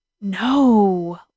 no